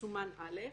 יסומן "א.",